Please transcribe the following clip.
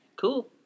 Cool